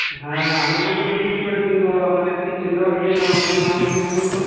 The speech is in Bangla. হ্যাঁ আমি তো দুধ বিক্রি করি কিন্তু আপনাকে ঠিক চিনতে পারছি না আপনার নামটা কী বলুন তো